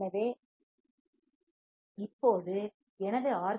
எனவே இப்போது எனது ஆர்